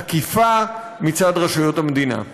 תקיפה, מצד רשויות המדינה.